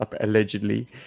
allegedly